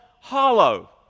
hollow